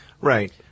right